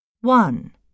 One